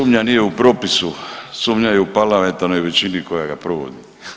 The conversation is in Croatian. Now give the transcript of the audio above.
Sumnja nije u propisu, sumnja je u parlamentarnoj većini koja ga provodi.